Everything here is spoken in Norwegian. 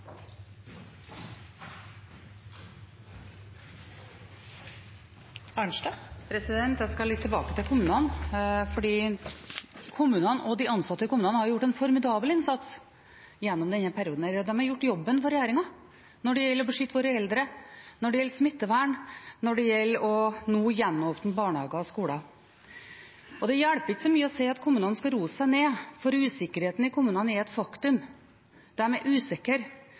Jeg skal litt tilbake til kommunene, for kommunene og de ansatte i kommunene har gjort en formidabel innsats gjennom denne perioden. De har gjort jobben for regjeringen når det gjelder å beskytte våre eldre, når det gjelder smittevern, når det gjelder nå å gjenåpne barnehager og skoler. Det hjelper ikke så mye å si at kommunene skal roe seg ned, for usikkerheten i kommunene er et faktum. De er